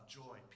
joy